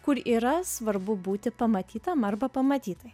kur yra svarbu būti pamatytam arba pamatytai